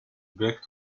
back